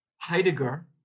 Heidegger